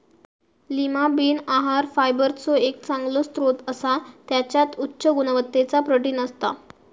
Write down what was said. Lima bean आहार फायबरचो एक चांगलो स्त्रोत असा त्याच्यात उच्च गुणवत्तेचा प्रोटीन असता